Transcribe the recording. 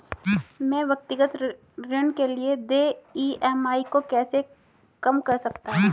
मैं व्यक्तिगत ऋण के लिए देय ई.एम.आई को कैसे कम कर सकता हूँ?